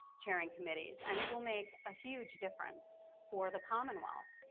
chairing committees. and it will make a huge difference for the commonwealth.